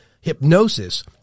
hypnosis